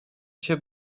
się